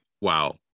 Wow